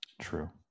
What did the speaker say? True